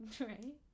Right